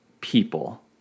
people